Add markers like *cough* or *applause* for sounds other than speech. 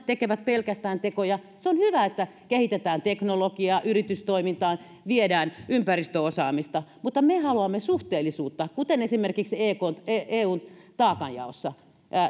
*unintelligible* tekevät pelkästään tekoja se on hyvä että kehitetään teknologiaa yritystoimintaan viedään ympäristöosaamista mutta me haluamme suhteellisuutta kuten esimerkiksi eun eun taakanjaossa